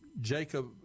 Jacob